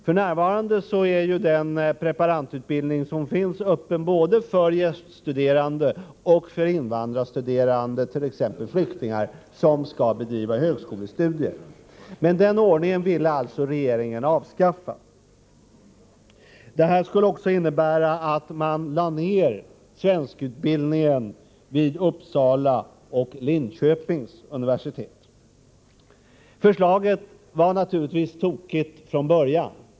F.n. är den preparandutbildning som finns öppen både för gäststuderande och för invandrare, t.ex. flyktingar, som skall bedriva högskolestudier. Men den ordningen ville alltså regeringen avskaffa. Det här skulle också innebära att man lade ned svenskutbildningen vid Uppsala och Linköpings universitet. Förslaget var naturligtvis tokigt från början.